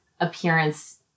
appearance